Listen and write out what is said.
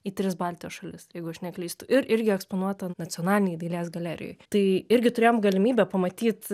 į tris baltijos šalis jeigu aš neklystu ir irgi eksponuota nacionalinėj dailės galerijoj tai irgi turėjom galimybę pamatyt